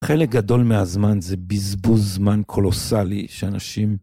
חלק גדול מהזמן זה בזבוז זמן קולוסלי שאנשים...